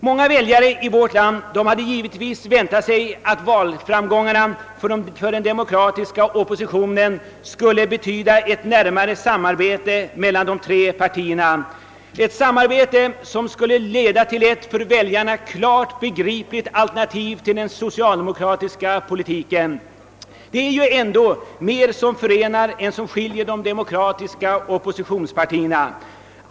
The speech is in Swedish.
Många väljare i vårt land hade givetvis väntat sig att valframgångarna för den demokratiska oppositionen skulle medföra ett närmare samarbete mellan de tre borgerliga partierna, ett samarbete som skulle leda till ett för väljarna klart begripligt alternativ till den socialdemokratiska politiken. Det är ju ändå mer som förenar än som skiljer de demokratiska oppositionspartierna.